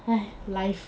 !hais! life